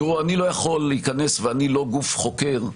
אני לא יכול להיכנס ואני לא גוף חוקר,